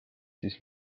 siis